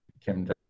Kim